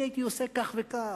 אני הייתי עושה כך וכך,